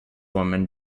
women